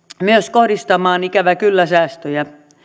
kohdistamaan ikävä kyllä säästöjä